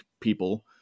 people